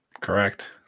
Correct